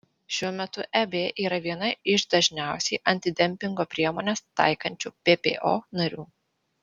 šiuo metu eb yra viena iš dažniausiai antidempingo priemones taikančių ppo narių